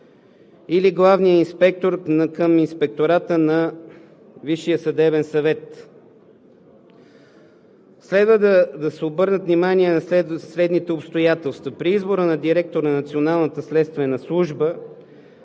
или Главният инспектор към Инспектората на Висшия съдебен съвет. Следва да се обърне внимание на следните обстоятелства. При избора на директор на Националната следствена служба